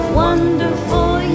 wonderful